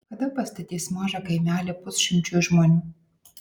kada pastatys mažą kaimelį pusšimčiui žmonių